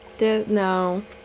No